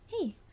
hey